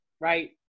right